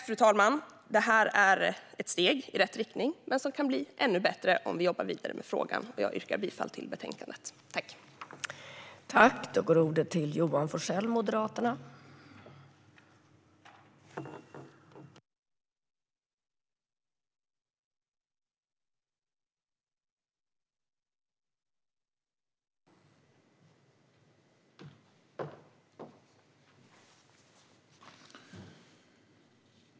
Fru talman! Kort sagt är detta ett steg i rätt riktning, men det kan bli ännu bättre om vi jobbar vidare med frågan. Jag yrkar bifall till förslaget i betänkandet.